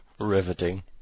Riveting